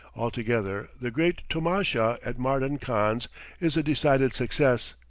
altogether, the great tomasha at mardan khan's is a decided success.